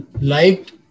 liked